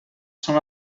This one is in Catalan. són